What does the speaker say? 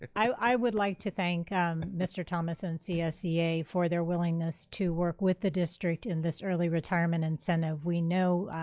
i would like to thank mr. thomas and csea for their willingness to work with the district in this early retirement incentive. we know